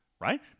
right